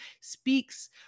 speaks